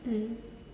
mm